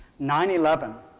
nine eleven,